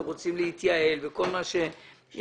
רוצים להתייעל וכל מה שדובר,